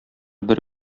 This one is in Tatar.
бер